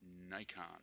Nikon